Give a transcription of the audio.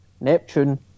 Neptune